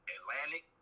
Atlantic